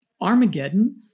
Armageddon